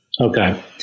Okay